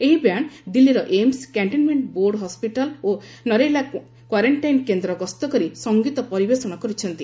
ଏହି ବ୍ୟାଣ୍ଡ୍ ଦିଲ୍ଲୀର AIIMS cantonment board hospital ଓ ନରେଲା କ୍ୱାରେଣ୍ଟାଇନ୍ କେନ୍ଦ ଗସ୍ତ କରି ସଙ୍ଗୀତ ପରିବେଷଣ କରିଛନ୍ତି